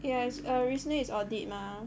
yes recently it's audit mah